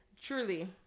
Truly